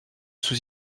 sous